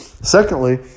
Secondly